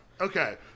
okay